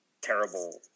terrible